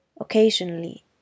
Occasionally